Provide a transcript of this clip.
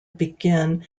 begin